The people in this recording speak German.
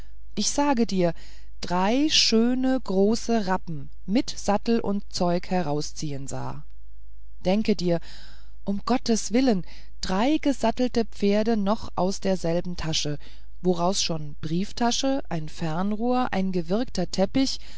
ich sage dir drei schöne große rappen mit sattel und zeug herausziehen sah denke dir um gotteswillen drei gesattelte pferde noch aus derselben tasche woraus schon eine brieftasche ein fernrohr ein gewirkter teppich